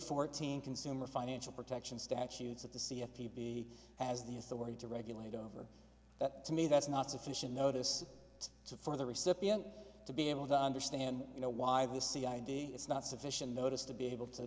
fourteen consumer financial protection statutes of the see if he has the authority to regulate over that to me that's not sufficient notice to for the recipient to be able to understand you know why they see id is not sufficient notice to be able to